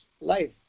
life